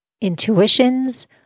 intuitions